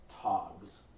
Togs